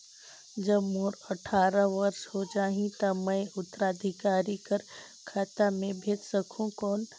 जब मोर अट्ठारह वर्ष हो जाहि ता मैं उत्तराधिकारी कर खाता मे भेज सकहुं कौन?